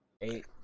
Eight